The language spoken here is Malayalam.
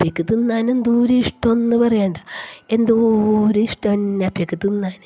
അപ്പേക്ക് തിന്നാൻ എന്തൊരു ഇഷ്ടാണെന്ന് പറയണ്ട എന്തൊരു ഇഷ്ടമാണ് അപ്പേക്ക് തിന്നാൻ